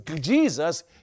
Jesus